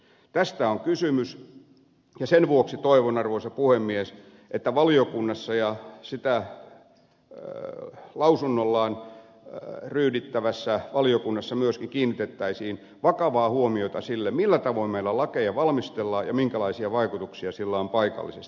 tästä on kysymys ja sen vuoksi toivon arvoisa puhemies että valiokunnassa ja sitä lausunnollaan ryydittävässä valiokunnassa myöskin kiinnitettäisiin vakavaa huomiota siihen millä tavoin meillä lakeja valmistellaan ja minkälaisia vaikutuksia sillä on paikallisesti